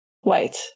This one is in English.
white